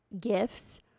gifts